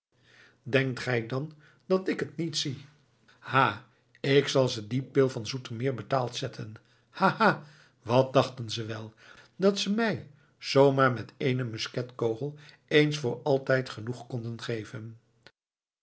denkt gij dan dat ik het niet zie ha ik zal ze die pil van zoetermeer betaald zetten ha-ha wat dachten ze wel dat ze mij zoo maar met éénen musketkogel eens voor altijd genoeg konden geven